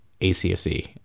acfc